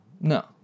No